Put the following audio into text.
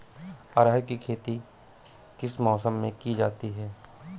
अरहर की खेती किस मौसम में की जाती है?